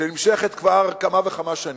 שנמשכת כבר כמה וכמה שנים.